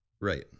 right